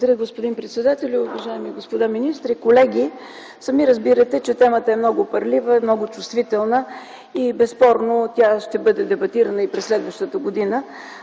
Благодаря, господин председателю. Уважаеми господа министри, колеги, сами разбирате, че темата е много парлива и много чувствителна и безспорно ще бъде дебатирана и през следващата година.